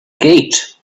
gate